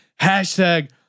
hashtag